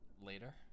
later